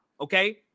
okay